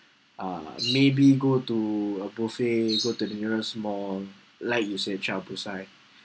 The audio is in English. uh maybe go to a buffet go to the nearest mall like you say